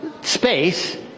space